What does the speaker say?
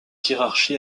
hiérarchie